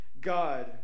God